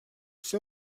все